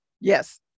Yes